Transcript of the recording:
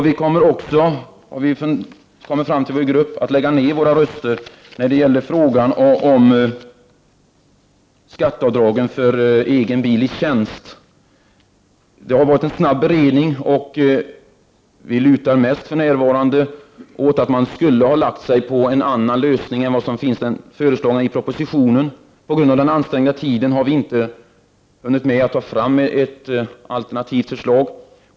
Vi kommer också, har vi kommit fram till i vår grupp, att lägga ned våra röster i frågan om skatteavdraget för egen bil i tjänst. Beredningen har gått snabbt, och vi lutar för närvarande mest åt att man borde ha presenterat en annan lösning än den som föreslås i propositionen. På grund av den ansträngda arbetssituationen har vi inte hunnit med att ta fram ett alternativt förslag.